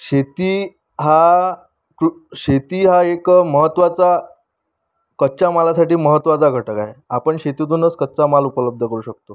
शेती हा शेती हा एक महत्त्वाचा कच्च्या मालासाठी महत्त्वाचा घटक आहे आपण शेतीतूनच कच्चा माल उपलब्ध करू शकतो